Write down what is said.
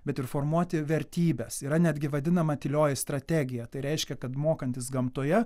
bet ir formuoti vertybes yra netgi vadinama tylioji strategija tai reiškia kad mokantis gamtoje